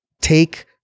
take